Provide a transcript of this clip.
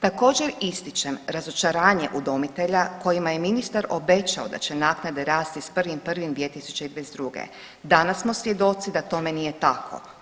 Također, ističem razočaranje udomitelja kojima je ministar obećao da će naknade rasti s 1.1.2022., danas smo svjedoci da tome nije tako.